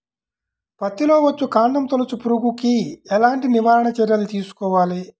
పత్తిలో వచ్చుకాండం తొలుచు పురుగుకి ఎలాంటి నివారణ చర్యలు తీసుకోవాలి?